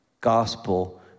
gospel